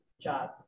job